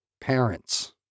parents